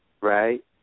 right